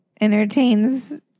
Entertains